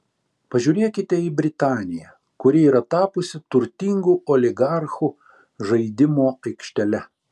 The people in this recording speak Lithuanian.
pažiūrėkite į britaniją kuri yra tapusi turtingų oligarchų žaidimo aikštele